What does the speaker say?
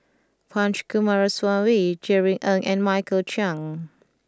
Punch Coomaraswamy Jerry Ng and Michael Chiang